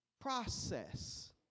Process